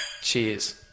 Cheers